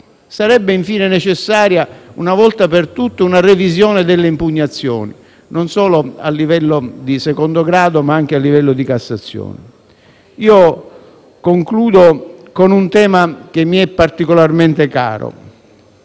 Sarebbe infine necessaria, una volta per tutte, una revisione delle impugnazioni, non solo a livello di secondo grado, ma anche a livello di Cassazione. Concludo con un tema che mi è particolarmente caro: